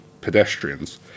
pedestrians